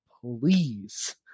please